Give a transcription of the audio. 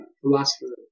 philosopher